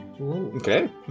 Okay